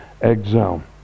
exile